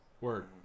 Word